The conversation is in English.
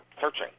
searching